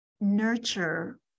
nurture